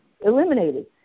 eliminated